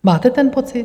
Máte ten pocit?